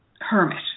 hermit